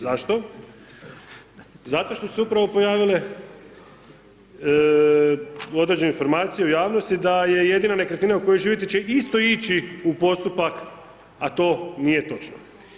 Zašto, zato što su se upravo pojavile određene informacije u javnosti da je jedina nekretnina u kojoj živite će isto ići u postupak, a to nije točno.